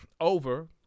over